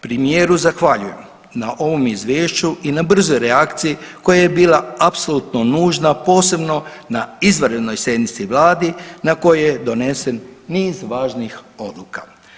Premijeru zahvaljujem na ovom izvješću i na brzoj reakciji koja je bila apsolutno nužna, posebno na izvanrednoj sjednici vlade na kojoj je donesen niz važnih odluka.